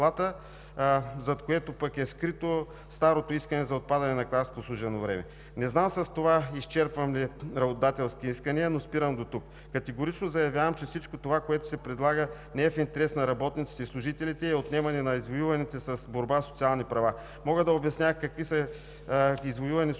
зад което е скрито старото искане за отпадане на клас „прослужено време“. Не знам с това изчерпвам ли работодателските искания, но спирам дотук. Категорично заявявам, че всичко това, което се предлага, не е в интерес на работниците и служителите, а е отнемане на извоюваните с борба социални права. Мога да обясня какви извоювани социални